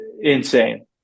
insane